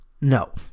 No